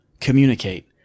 communicate